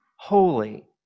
holy